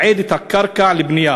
הקרקע לבנייה,